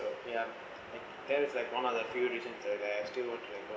ya there's like one of the few reasons that I still won't like